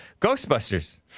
Ghostbusters